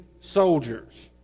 soldiers